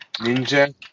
Ninja